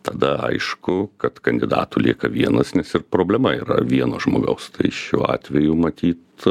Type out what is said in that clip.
tada aišku kad kandidatų lieka vienas nes ir problema yra vieno žmogaus tai šiuo atveju matyt